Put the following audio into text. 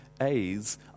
A's